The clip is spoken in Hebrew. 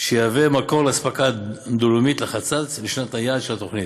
שיהווה מקור לאספקת דולומיט לחצץ לשנת היעד של התוכנית,